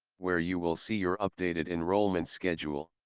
where you will see your updated enrollment schedule.